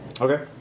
Okay